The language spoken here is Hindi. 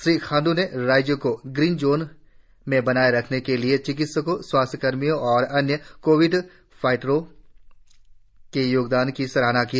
श्री खांड् ने राज्य को ग्रीन जोन में बनाए रखने के लिए चिकित्सकों स्वास्थ्य कर्मियों और अन्य कोविड फाइटर्स के योगदान की सराहना की